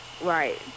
Right